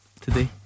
today